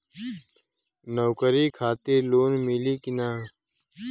नौकरी खातिर लोन मिली की ना?